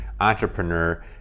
entrepreneur